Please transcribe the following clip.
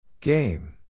Game